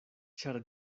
ĉar